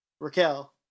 Raquel